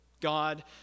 God